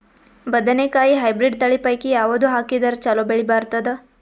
ಬದನೆಕಾಯಿ ಹೈಬ್ರಿಡ್ ತಳಿ ಪೈಕಿ ಯಾವದು ಹಾಕಿದರ ಚಲೋ ಬೆಳಿ ಬರತದ?